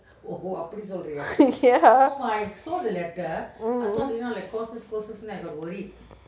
ya mm